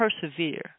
Persevere